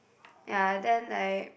ya then like